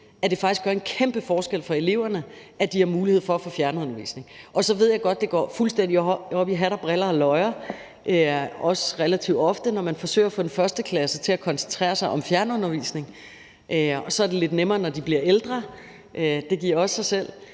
at det faktisk gør en kæmpe forskel for eleverne, at de har mulighed for at få fjernundervisning. Så ved jeg godt, at det går fuldstændig op i hat og briller og løjer, også relativt ofte, når man forsøger at få en 1. klasse til at koncentrere sig om fjernundervisning. Det er lidt nemmere, når de bliver ældre. Det giver også sig selv.